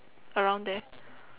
around there